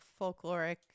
folkloric